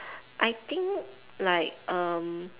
I think like um